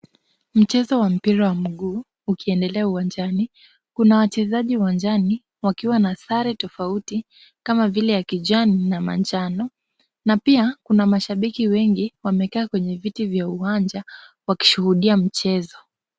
Mchezo wa mpira wa miguu ukiendelea uwanjani. Kuna wachezaji uwanjani wakiwa na sare tofauti kama vile ya kijani na manjano na pia kuna mashabiki wengi wamekaa kwenye viti vya uwanja wakishuhudia mchezo.